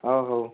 ହ ହଉ